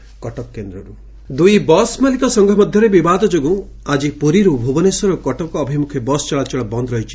bus ଚଳାଚଳ ବନ୍ଦ ଦୁଇ ବସ୍ ମାଲିକ ସଂଘ ମଧ୍ଧରେ ବିବାଦ ଯୋଗୁଁ ଆଜି ପୁରୀରୁ ଭୁବନେଶ୍ୱର ଓ କଟକ ଅଭିମୁଖେ ବସ୍ ଚଳାଚଳ ବନ୍ଦ ରହିଛି